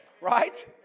Right